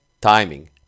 timing